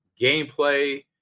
gameplay